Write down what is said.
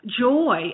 joy